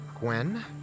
Gwen